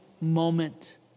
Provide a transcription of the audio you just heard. moment